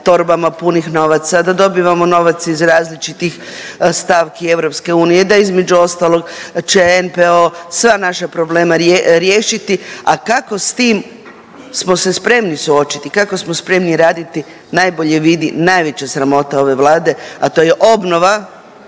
punih novaca, da dobivamo novac iz različitih stavki EU, da između ostalog će NPOO sva naša problema riješiti, a kako s tim smo se spremni suočiti, kako smo spremni raditi, najbolje vidi, najveća sramota ove Vlade, a to je obnova